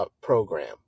program